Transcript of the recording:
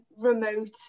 remote